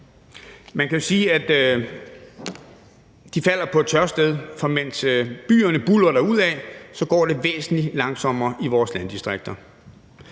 Man kan jo sige, at de falder på et tørt sted, for mens byerne buldrer derudad, går det væsentlig langsommere i vores landdistrikter.